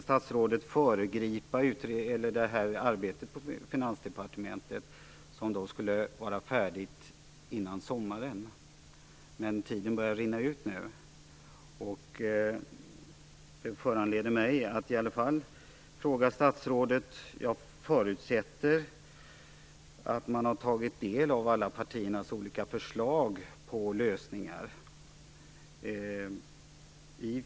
Statsrådet vill inte föregripa arbetet på Finansdepartementet, som skall vara färdigt före sommaren. Men tiden börjar rinna bort. Det föranleder mig att ställa en fråga till statsrådet. Jag förutsätter att man i Finansdepartementet har tagit del av alla partiernas olika förslag till lösningar.